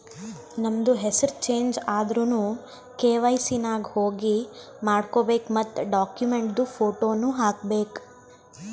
ನಮ್ದು ಹೆಸುರ್ ಚೇಂಜ್ ಆದುರ್ನು ಕೆ.ವೈ.ಸಿ ನಾಗ್ ಹೋಗಿ ಮಾಡ್ಕೋಬೇಕ್ ಮತ್ ಡಾಕ್ಯುಮೆಂಟ್ದು ಫೋಟೋನು ಹಾಕಬೇಕ್